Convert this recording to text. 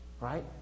Right